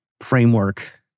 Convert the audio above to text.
Framework